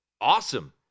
Awesome